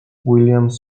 williams